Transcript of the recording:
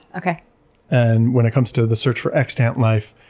and when it comes to the search for extant life,